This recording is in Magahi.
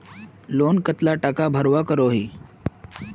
लोन कतला टाका भरवा करोही?